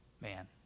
man